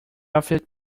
offered